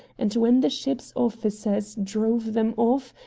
and when the ship's officers drove them off,